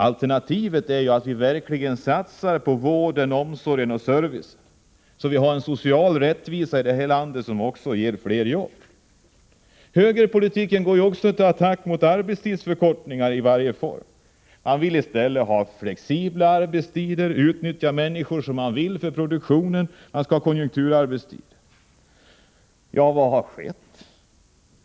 Alternativet är att vi verkligen satsar på vården, omsorgen och servicen, så att vi har en social rättvisa i det här landet som också ger fler jobb. Högerpolitiken går också till attack mot arbetstidsförkortningar i varje form. Man vill i stället ha flexibla arbetstider, utnyttja människor som man vill för produktionen, ha konjunkturarbetstider. Vad har skett?